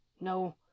No